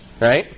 right